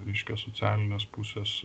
reiškia socialinės pusės